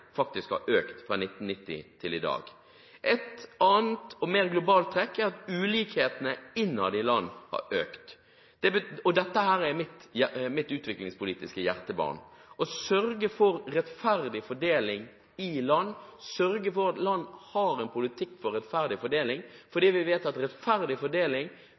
faktisk har økt fra 1990 til i dag. Et annet og mer globalt trekk er at ulikhetene innad i land har økt. Og dette er mitt utviklingspolitiske hjertebarn – å sørge for rettferdig fordeling i land, å sørge for at land har en politikk for rettferdig fordeling. For vi vet at rettferdig fordeling